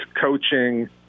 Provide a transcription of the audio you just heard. coaching